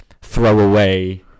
throwaway